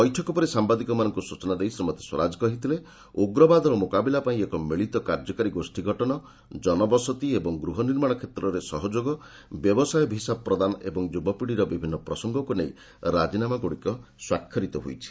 ବୈଠକ ପରେ ସାମ୍ବାଦିକମାନଙ୍କୁ ସ୍କଚନା ଦେଇ ଶ୍ୱୀମତୀ ସ୍ୱରାଜ କହିଥିଲେ ଉଗ୍ବାଦର ମ୍ରକାବିଲା ପାଇଁ ଏକ ମିଳିତ କାର୍ଯ୍ୟକାରୀ ଗୋଷ୍ଠୀ ଗଠନ ଜନବସତି ଏବଂ ଗୃହନିର୍ମାଣ କ୍ଷେତ୍ରରେ ସହଯୋଗ ବ୍ୟବସାୟ ଭିସା ପ୍ରଦାନ ଏବଂ ଯୁବପୀଢ଼ିର ବିଭିନ୍ନ ପ୍ରସଙ୍ଗକୁ ନେଇ ରାଜିନାମାଗୁଡ଼ିକ ସ୍ୱାକ୍ଷରିତ ହୋଇଛି